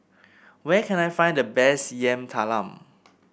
where can I find the best Yam Talam